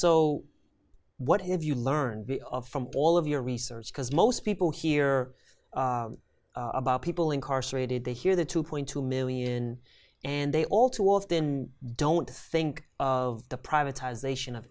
so what have you learned from all of your research because most people hear about people incarcerated they hear the two point two million and they all too often don't think of the privatization of